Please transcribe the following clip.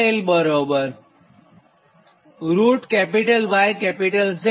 અહીં Z અને Y capital છે